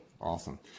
Awesome